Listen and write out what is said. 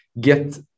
get